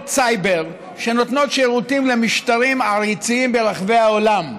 סייבר שנותנות שירותים למשטרים עריצים ברחבי העולם.